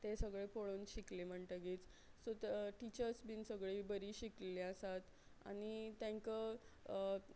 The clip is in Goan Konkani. तें सगळें पळोवन शिकलें म्हणटकीच सो त टिचर्स बीन सगळीं बरीं शिकिल्लीं आसात आनी तेंकां